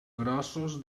grossos